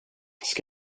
ska